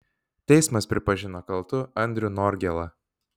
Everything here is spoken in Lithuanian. teismas pripažino kaltu andrių norgėlą